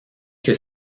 que